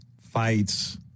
Fights